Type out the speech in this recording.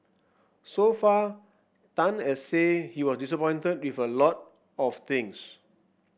so far Tan has said he was disappointed with a lot of things